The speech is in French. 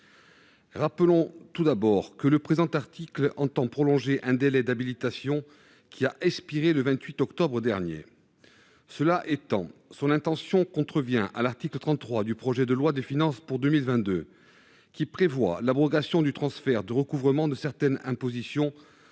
Rappelons, tout d'abord, que le présent article tend à prolonger un délai d'habilitation qui a expiré le 28 octobre dernier. Cela étant, son intention contrevient à l'article 33 du projet de loi de finances pour 2022, qui prévoit l'abrogation du transfert du recouvrement de certaines impositions,